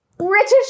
British